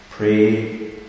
Pray